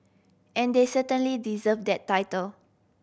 and they certainly deserve that title